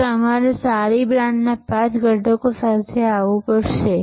જ્યાં તમારે સારી બ્રાન્ડના પાંચ ઘટકો સાથે આવવું પડશે